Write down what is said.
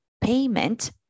payment